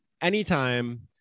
anytime